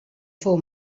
fou